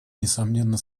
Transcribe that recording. несомненно